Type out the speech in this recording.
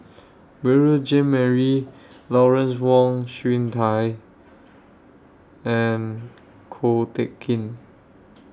Beurel Jean Marie Lawrence Wong Shyun Tsai and Ko Teck Kin